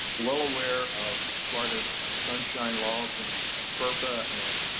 well aware of florida sunshine laws and ferpa and